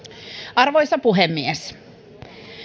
arvoisa puhemies